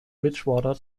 bridgewater